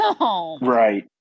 Right